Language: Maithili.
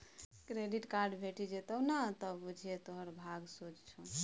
क्रेडिट कार्ड भेटि जेतउ न त बुझिये तोहर भाग सोझ छौ